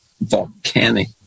volcanic